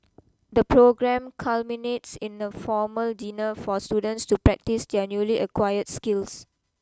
the programme culminates in a formal dinner for students to practise their newly acquired skills